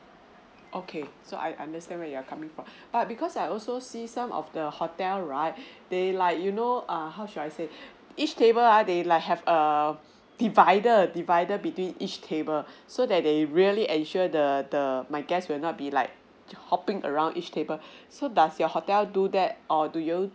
okay so I understand where you're coming from but because I also see some of the hotel right they like you know err how should I say each table uh they like have a divider divider between each table so that they really ensure the the my guest would not be like hopping around each table so does your hotel do that or do you